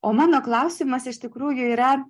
o mano klausimas iš tikrųjų yra